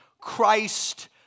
Christ